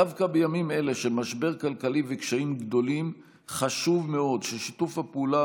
דווקא בימים אלה של משבר כלכלי וקשיים גדולים חשוב מאוד ששיתוף הפעולה